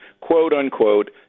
quote-unquote